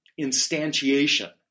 instantiation